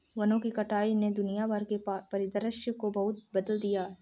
वनों की कटाई ने दुनिया भर के परिदृश्य को बहुत बदल दिया है